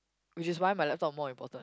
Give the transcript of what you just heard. which is why my laptop more important